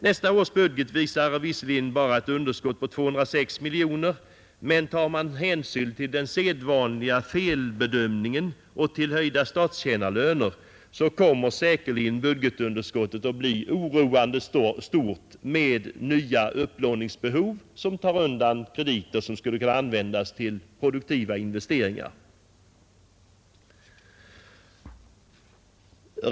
Nästa års budget visar visserligen bara ett underskott på 206 miljoner, men tar man hänsyn till sedvanliga felbedömningar och till höjda statstjänarlöner så kommer säkerligen budgetunderskottet att bli oroande stort med nya upplåningsbehov, som tar undan krediter vilka skulle kunna användas till produktiva investeringar.